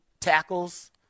tackles